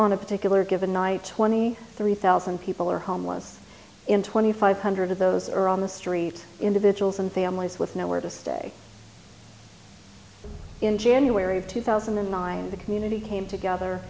on a particular given night twenty three thousand people are homeless in twenty five hundred of those are on the streets individuals and families with nowhere to stay in january of two thousand the my community came together